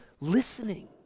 listening